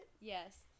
Yes